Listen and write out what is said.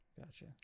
Gotcha